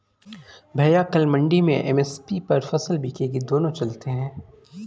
भैया कल मंडी में एम.एस.पी पर फसल बिकेगी दोनों चलते हैं